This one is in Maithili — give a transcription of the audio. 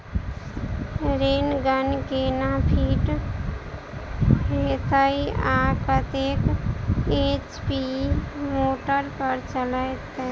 रेन गन केना फिट हेतइ आ कतेक एच.पी मोटर पर चलतै?